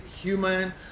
human